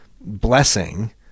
blessing